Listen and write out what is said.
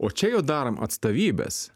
o čia jau darom atstovybes